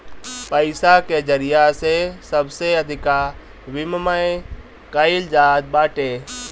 पईसा के जरिया से सबसे अधिका विमिमय कईल जात बाटे